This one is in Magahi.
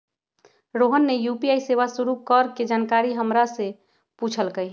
रोहन ने यू.पी.आई सेवा शुरू करे के जानकारी हमरा से पूछल कई